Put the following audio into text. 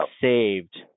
saved